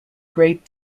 great